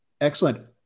Excellent